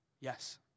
Yes